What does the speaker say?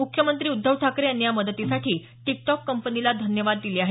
मुख्यमंत्री उद्धव ठाकरे यांनी या मदतीसाठी टिकटॉक कंपनीला धन्यवाद दिले आहेत